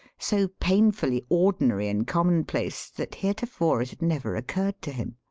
so painfully ordinary and commonplace, that, heretofore, it had never occurred to him.